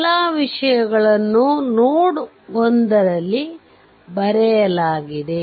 ಎಲ್ಲ ವಿಷಯಗಳನ್ನು ನೋಡ್ 1 ರಲ್ಲಿ ಬರೆಯಲಾಗಿದೆ